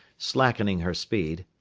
slackening her speed,